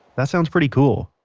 that sounds pretty cool.